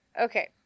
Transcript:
okay